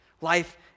life